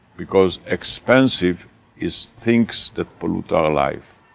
because expensive is things that pollute our lives.